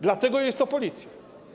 Dlatego jest to Policja.